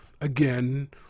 again